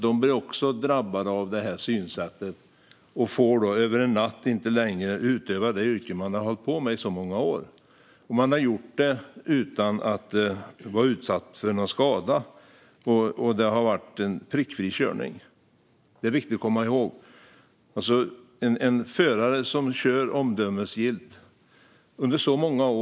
De blir också drabbade av detta synsätt och får över en natt inte längre utöva det yrke de har hållit på med i många år. De har gjort detta utan att utsätta någon för skada, och det har varit en prickfri körning. Det är viktigt att komma ihåg. Det är alltså en förare som kör omdömesgillt under många år.